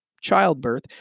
childbirth